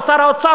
או שר האוצר,